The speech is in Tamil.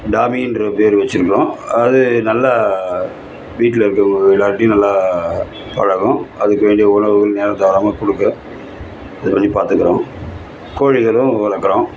டாபின்ற பேர் வச்சுருக்கோம் அது நல்லா வீட்டில் இருக்கவுக எல்லார்டியும் நல்லா பழகும் அதுக்கு வேண்டிய உணவுகள் நேரம் தவறாமல் கொடுக்குறேன் இது பண்ணி பார்த்துக்குறோம் கோழிகளும் வளர்க்குறோம்